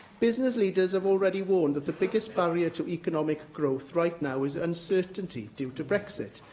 business leaders have already warned that the biggest barrier to economic growth right now is uncertainty due to brexit.